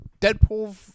Deadpool